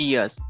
Yes